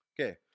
Okay